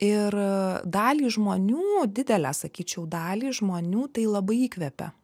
ir dalį žmonių didelę sakyčiau dalį žmonių tai labai įkvepia